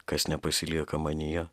kas nepasilieka manyje